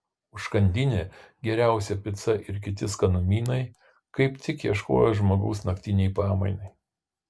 užkandinė geriausia pica ir kiti skanumynai kaip tik ieškojo žmogaus naktinei pamainai